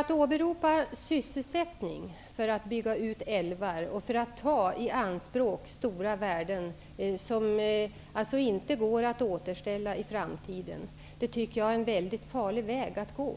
Att åberopa sysselsättningsskäl för att bygga ut älvar och ta i anspråk stora värden som inte går att återställa i framtiden är en väldigt farlig väg att gå.